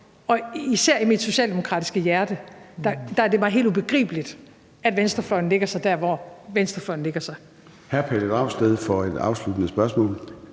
mig især i mit socialdemokratiske hjerte helt ubegribeligt, at venstrefløjen lægger sig der, hvor venstrefløjen lægger sig.